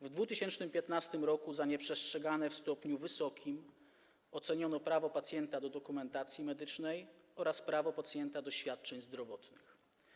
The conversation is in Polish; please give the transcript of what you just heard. W 2015 r. jako nieprzestrzegane w stopniu wysokim oceniono prawo pacjenta do dokumentacji medycznej oraz prawo pacjenta do świadczeń zdrowotnych.